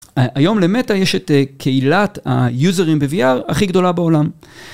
היום למטא יש את קהילת היוזרים ב-VR הכי גדולה בעולם.